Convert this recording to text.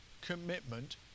commitment